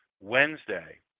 Wednesday